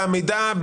במידע,